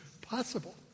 possible